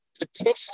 potentially